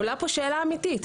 עולה פה שאלה אמיתית.